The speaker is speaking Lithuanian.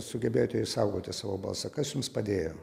sugebėjote išsaugoti savo balsą kas jums padėjo